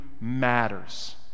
matters